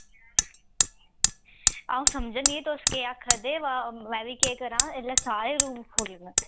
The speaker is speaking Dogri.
अं'ऊ समझनी दी तुस केह् आक्खै दे पर मैं बी केह् करां इसलै सारे रूम फुल्ल न